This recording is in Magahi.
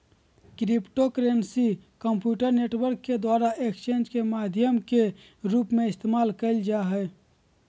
क्रिप्टोकरेंसी कम्प्यूटर नेटवर्क के द्वारा एक्सचेंजज के माध्यम के रूप में इस्तेमाल कइल जा हइ